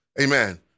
amen